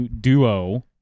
duo